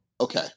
Okay